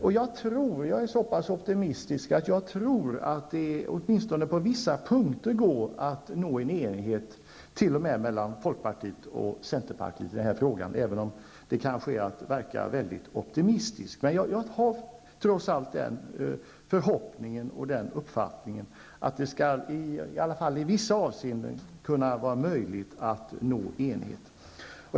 Och jag är så pass optimistisk att jag tror att det åtminstone på vissa punkter går att nå enighet t.o.m. mellan folkpartiet och centerpartiet i denna fråga, även om det kan verka väldigt optimistiskt. Men jag har trots allt förhoppningen och uppfattningen att det i alla fall i vissa avseenden skall vara möjligt att nå enighet.